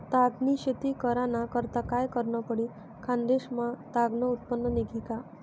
ताग नी शेती कराना करता काय करनं पडी? खान्देश मा ताग नं उत्पन्न निंघी का